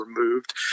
removed